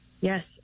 yes